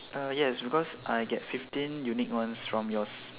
uh yes because I get fifteen unique ones from yours